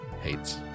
hates